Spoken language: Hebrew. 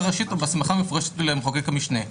ראשית או בהסמכה מפורשת למחוקק המשנה,